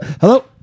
Hello